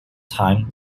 time